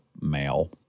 male